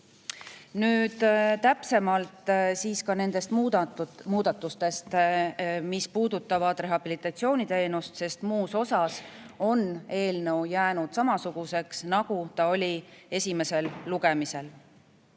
Nüüd täpsemalt ka nendest muudatustest, mis puudutavad rehabilitatsiooniteenust. Muus osas on eelnõu jäänud samasuguseks, nagu ta oli esimesel lugemisel